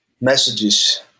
messages